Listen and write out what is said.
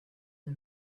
the